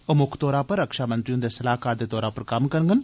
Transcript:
ओह मुक्ख तौरा पर रक्षामंत्री हुन्दे सलाहकार दे तौरा पर कम्म करडन